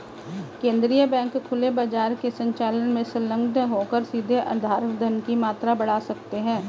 केंद्रीय बैंक खुले बाजार के संचालन में संलग्न होकर सीधे आधार धन की मात्रा बढ़ा सकते हैं